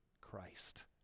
Christ